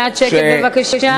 מעט שקט בבקשה.